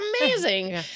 amazing